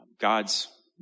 God's